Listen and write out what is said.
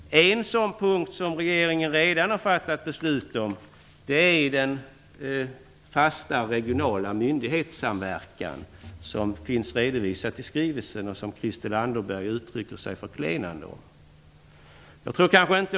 En sådan punkt, som regeringen redan har fattat beslut om, är den fasta regionala myndighetssamverkan som är redovisad i skrivelsen och som Christel Anderberg uttryckte sig förklenande om.